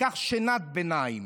תיקח שנת ביניים